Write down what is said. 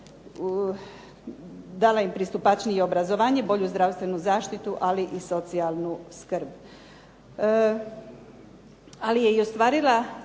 dala im pristupačnije obrazovanje, bolju zdravstvenu zaštiti ali i socijalnu skrb. Ali je i ostvarila